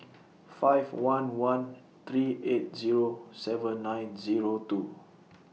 five one one three eight Zero seven nine Zero two